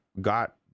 got